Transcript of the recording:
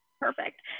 perfect